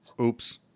oops